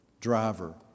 Driver